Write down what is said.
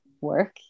work